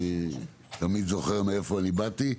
אני תמיד זוכר מאיפה אני באתי,